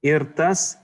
ir tas